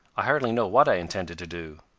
i hardly know what i intended to do.